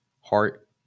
heart